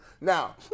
Now